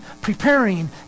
preparing